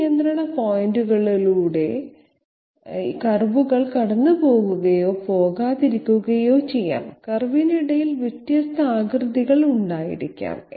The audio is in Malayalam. ഈ നിയന്ത്രണ പോയിന്റുകളിലൂടെ കർവുകൾ കടന്നുപോകുകയോ പോകാതിരിക്കുകയോ ചെയ്യാം കർവിന് ഇടയിൽ വ്യത്യസ്ത ആകൃതികൾ ഉണ്ടായിരിക്കാം